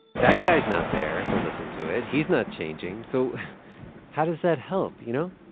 that guy's not there to listen to it. he's not changing. so how does that help, you know?